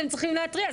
אתם צריכים להתריע,